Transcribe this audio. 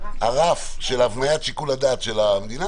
הרף של הבניית שיקול הדעת של המדינה,